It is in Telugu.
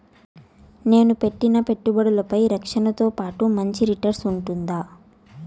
నేను పెట్టిన పెట్టుబడులపై రక్షణతో పాటు మంచి రిటర్న్స్ ఉంటుందా?